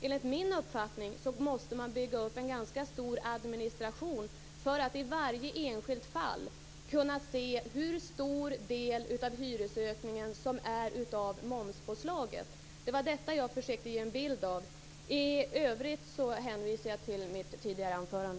Enligt min uppfattning måste man bygga upp en ganska stor administration för att i varje enskilt fall kunna se hur stor del av hyreshöjningen som består av momspåslaget. Det var detta som jag försökte att ge en bild av. I övrigt hänvisar jag till mitt tidigare anförande.